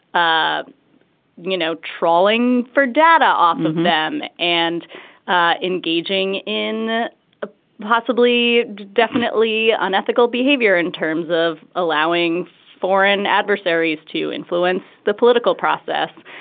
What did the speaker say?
ah you know, trawling for data off of them and ah engaging in a possibly definitely unethical behavior in terms of allowing foreign adversaries to influence the political process.